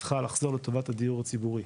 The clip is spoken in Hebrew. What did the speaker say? צריכה לחזור לטובת הדיור הציבורי,